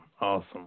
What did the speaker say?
Awesome